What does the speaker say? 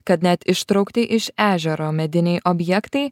kad net ištraukti iš ežero mediniai objektai